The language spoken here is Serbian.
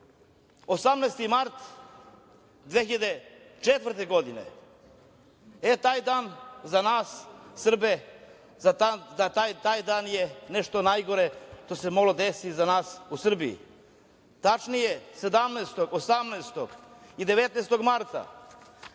18. mart 2004. godine, taj dan za nas Srbe, na taj dan je nešto najgore što se moglo desiti za nas u Srbiji. Tačnije, 17, 18. i 19. marta